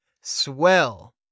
Swell